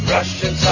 Russian